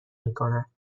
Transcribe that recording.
میکند